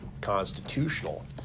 constitutional